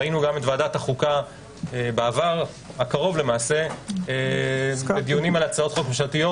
ראינו גם את ועדת החוקה הקרוב בדיונים על הצעות חוק ממשלתית,